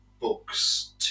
books